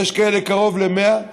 ויש כאלה קרוב ל-100,